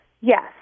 Yes